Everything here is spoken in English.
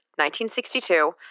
1962